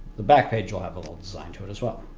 the back page will have a little design to it as well.